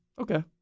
Okay